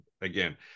again